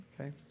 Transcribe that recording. Okay